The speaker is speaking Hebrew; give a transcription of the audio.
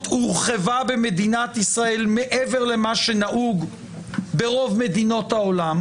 הורחבה במדינת ישראל מעבר למה שנהוג ברוב מדינות העולם,